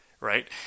right